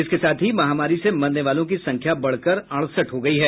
इसके साथ ही महामारी से मरने वालों की संख्या बढ़कर अड़सठ हो गयी है